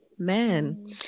man